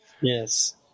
Yes